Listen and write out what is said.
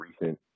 recent